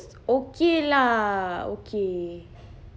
it's okay lah okay